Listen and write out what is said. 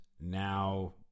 now